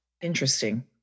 Interesting